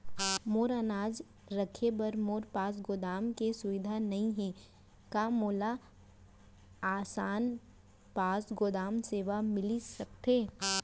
मोर अनाज रखे बर मोर पास गोदाम के सुविधा नई हे का मोला आसान पास गोदाम सेवा मिलिस सकथे?